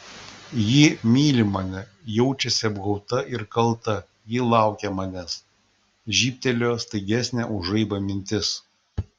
ji myli mane jaučiasi apgauta ir kalta ji laukia manęs žybtelėjo staigesnė už žaibą mintis